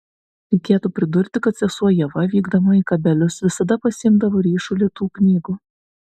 reikėtų pridurti kad sesuo ieva vykdama į kabelius visada pasiimdavo ryšulį tų knygų